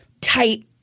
tight